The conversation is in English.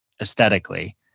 aesthetically